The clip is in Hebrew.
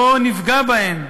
בוא נפגע בהם,